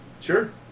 Sure